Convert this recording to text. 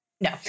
No